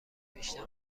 بیشتر